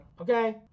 Okay